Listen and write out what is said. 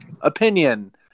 opinion